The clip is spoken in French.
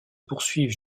poursuivent